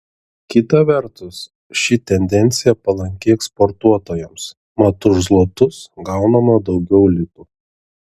kita vertus ši tendencija palanki eksportuotojams mat už zlotus gaunama daugiau litų